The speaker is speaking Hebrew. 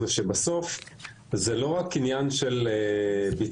שבסוף זה לא רק עניין של ביצוע,